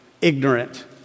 ignorant